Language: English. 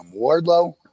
Wardlow